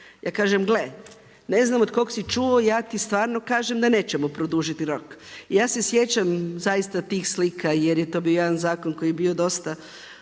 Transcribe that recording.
Ja kažem gle ne znam od kog si čuo ja ti stvarno kažem da nećemo produžiti rok. Ja se sjećam zaista tih slika jer je to bio jedan zakon koji je bio dosta